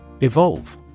Evolve